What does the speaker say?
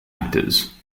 actors